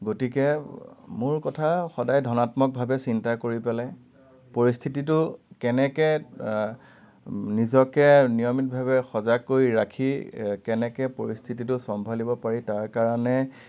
গতিকে মোৰ কথা সদায় ধনাত্মকভাৱে চিন্তা কৰি পেলাই পৰিস্থিতিটোত কেনেকৈ নিজকে নিয়মিতভাৱে সজাগ কৰি ৰাখি কেনেকৈ পৰিস্থিতিটো চম্ভালিব পাৰি তাৰ কাৰণে